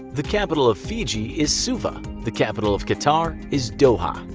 the capital of fiji is suva. the capital of qatar is doha.